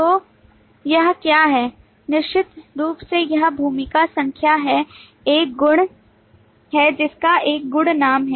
तो यह क्या है निश्चित रूप से यह भूमिका संख्या है एक गुण है जिसका एक गुण नाम है